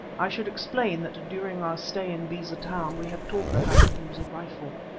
i should explain that during our stay in beza town we had taught her how to use a rifle.